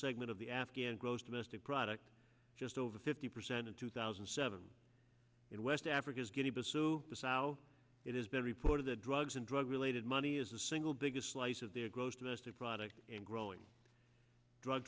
segment of the afghan gross domestic product just over fifty percent in two thousand and seven in west africa's guinea bissau to the south it has been reported that drugs and drug related money is the single biggest slice of their gross domestic product and growing drug